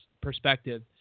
perspective